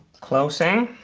closing.